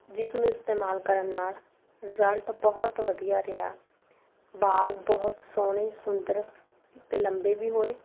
ਜਿਸ ਨੂੰ ਇਸਤੇਮਾਲ ਕਰਨ ਨਾਲ ਰਿਜ਼ਲਟ ਬਹੁਤ ਵਧੀਆ ਰਿਹਾ ਵਾਲ਼ ਬਹੁਤ ਸੋਹਣੇ ਸੁੰਦਰ ਅਤੇ ਲੰਬੇ ਵੀ ਹੋਏ